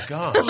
God